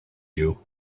you